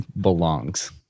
belongs